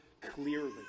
clearly